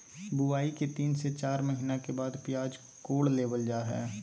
बुआई के तीन से चार महीना के बाद प्याज कोड़ लेबल जा हय